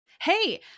Hey